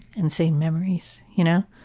and same memories. you know?